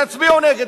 תצביעו נגד,